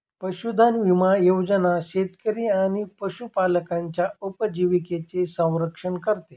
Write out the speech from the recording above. पशुधन विमा योजना शेतकरी आणि पशुपालकांच्या उपजीविकेचे संरक्षण करते